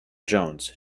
jones